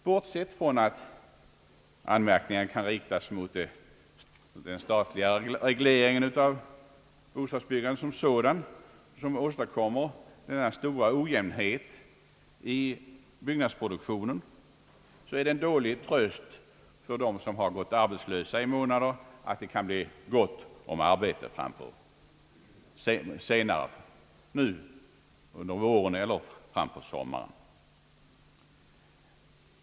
Bortsett från att anmärkningar kan riktas mot den statliga regleringen av bostadsbyggandet som <:sådant, som åstadkommer denna stora ojämnhet i byggnadsproduktionen, så är det dålig tröst för dem, som har gått arbetslösa i månader, att det kan bli gott om arbete senare under våren eller fram på sommaren.